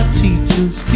teachers